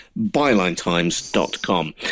BylineTimes.com